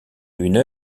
une